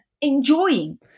enjoying